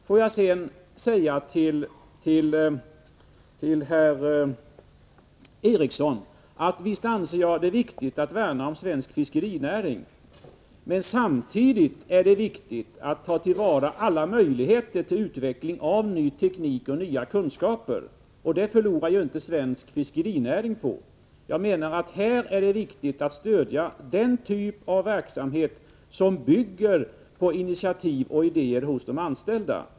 Får jag sedan säga till herr Eriksson att jag visst anser det viktigt att värna om svensk fiskerinäring. Samtidigt är det viktigt att ta vara på alla möjligheter till utveckling av ny teknik och nya kunskaper. Det förlorar inte svensk fiskerinäring på. Jag menar att det är viktigt att stödja den typ av verksamhet som bygger på initiativ och idéer hos de anställda.